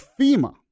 FEMA